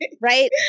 Right